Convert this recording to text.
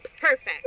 Perfect